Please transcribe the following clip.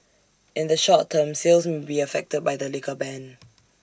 in the short term sales may be affected by the liquor ban